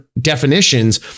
definitions